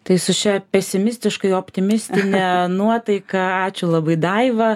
tai su šia pesimistiškai optimistine nuotaika ačiū labai daiva